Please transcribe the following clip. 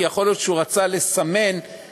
כי יכול להיות שהוא רצה לסמן למישהו